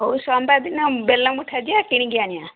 ହେଉ ସୋମବାର ଦିନ ବେଲା ମୁଠା ଯିବା କିଣିକି ଆଣିବା